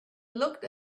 looked